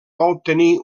obtenir